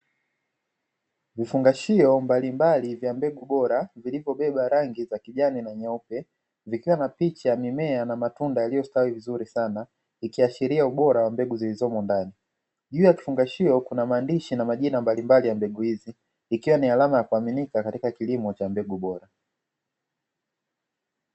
Vifungashio mbalimbali vya mbegu bora, vilivyobeba rangi za kijani na nyeupe, vikiwa na picha ya mimea na matunda yaliyostawi vizuri sana, ikiashiria ubora wa mbegu zilizomo ndani. Juu ya kifungashio kuna maandishi na majina mbalimbali ya mbegu hizi, ikiwa ni alama ya kuaminika katika kilimo cha mbegu bora.